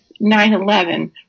9-11